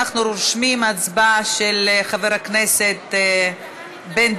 אנחנו רושמים: ההצבעה של חבר הכנסת בן-דהן,